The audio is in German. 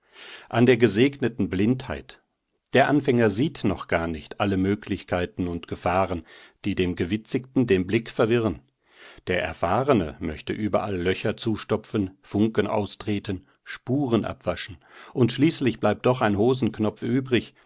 an der gesegneten blindheit der anfänger sieht noch gar nicht alle die möglichkeiten und gefahren die dem gewitzigten den blick verwirren der erfahrene möchte überall löcher zustopfen funken austreten spuren abwaschen und schließlich bleibt doch ein hosenknopf übrig